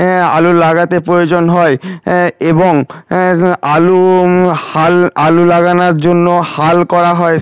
এ আলু লাগাতে প্রয়োজন হয় এবং আলু হাল আলু লাগানোর জন্য হাল করা হয়